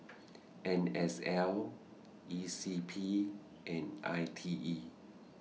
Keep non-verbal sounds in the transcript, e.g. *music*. *noise* N S L E C P and I T E